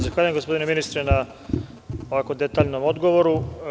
Zahvaljujem, gospodine ministre, na ovako detaljnom odgovoru.